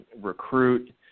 recruit